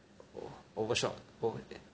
overshot